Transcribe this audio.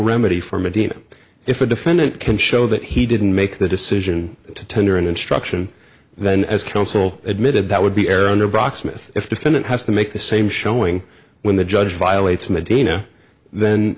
remedy for medina if a defendant can show that he didn't make the decision to tender an instruction then as counsel admitted that would be error underbox myth if defendant has to make the same showing when the judge violates medina then